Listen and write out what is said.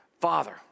Father